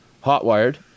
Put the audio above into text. hot-wired